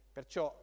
Perciò